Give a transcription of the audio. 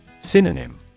Synonym